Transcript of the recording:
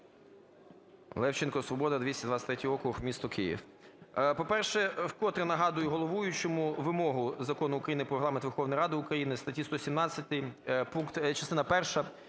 Левченко," Свобода", 223 округ, місто Київ. По-перше, вкотре нагадую головуючому вимогу Закону України "Про Регламент Верховної Ради України", статті 117, частина перша: